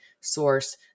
source